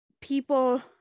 people